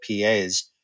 PAs